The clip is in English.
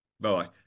bye